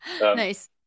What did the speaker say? Nice